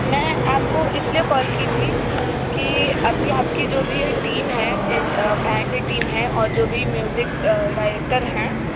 मैं आपको इस लिए कॉल की थी कि अभी आपकी जो भी एक टीम है बैंड टीम है और जो भी म्यूसिक डाइरेक्टर हैं